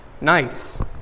Nice